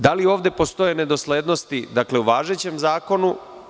Da li ovde postoje nedoslednosti u važećem zakonu?